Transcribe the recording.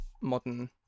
modern